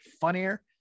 funnier